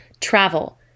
TRAVEL